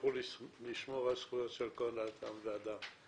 תמשיכו לשמור על הזכויות של כל אדם ואדם,